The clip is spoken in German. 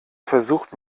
versucht